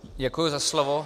Děkuji za slovo.